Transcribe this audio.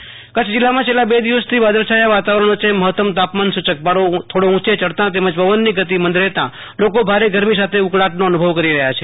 આશુ તોષ અંતાણી હવામાન કચ્છ જિલ્લામાં છેલ્લા બે દિવસથી વાદળછાયાં વાતાવરણ વચ્ચે મહત્તમ તાપમાનસૂ યક પારો થોડો ઉંચે ચડતાં તેમજ પવનની ગતિ મંદ રહેતાં લોકો ભારે ગરમી સાથે ઉકળાટનો અનુ ભવ કરી રહ્યા છે